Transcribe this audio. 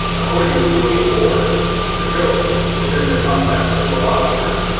according to william moore the goat, within the context of the lodge room,